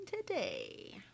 today